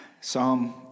Psalm